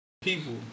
people